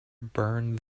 burned